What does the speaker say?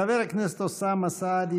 חבר הכנסת אוסאמה סעדי,